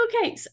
okay